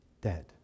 dead